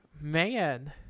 Man